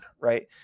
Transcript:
Right